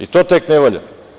I to tek ne valja.